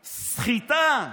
סחיטה.